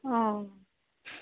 অঁ